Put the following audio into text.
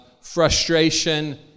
frustration